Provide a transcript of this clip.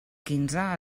quinze